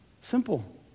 simple